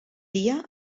dia